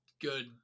good